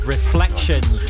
Reflections